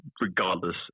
Regardless